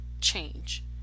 change